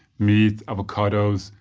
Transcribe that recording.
meat, avocados,